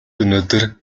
өнөөдөр